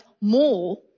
more